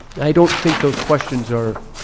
i don't think those questions are